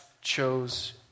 chose